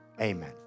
amen